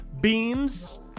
beans